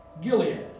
Gilead